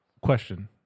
Question